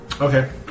Okay